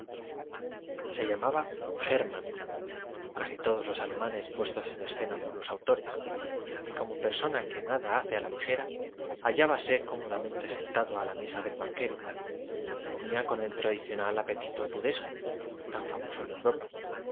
se llamaba hermann como casi todos los alemanes puestos en escena por los autores y como persona que nada hace a la ligera hallábase cómodamente sentado a la mesa del banquero comía con el tradicional apetito tudesco tan redacción y dministración ortes famoso en europa